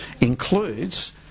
includes